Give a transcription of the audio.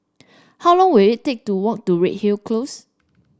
how long will it take to walk to Redhill Close